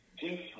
different